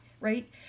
right